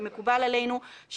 ומקובל עלינו,